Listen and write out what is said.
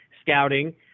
scouting